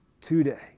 today